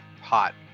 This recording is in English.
hot